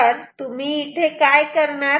तर तुम्ही इथे काय करणार